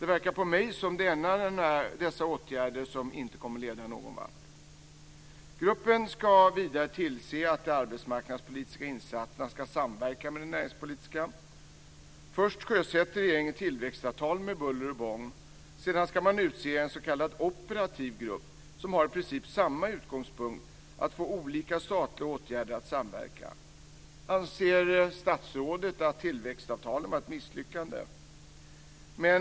Det verkar på mig som att dessa åtgärder inte kommer att leda någonvart. Gruppen ska vidare tillse att de arbetsmarknadspolitiska insatserna ska samverka med de näringspolitiska insatserna. Först sjösätter regeringen tillväxtavtal med buller och bång. Sedan ska man utse en s.k. operativ grupp som har i princip samma utgångspunkt, att få olika saker och åtgärder att samverka. Anser statsrådet att tillväxtavtalen var ett misslyckande?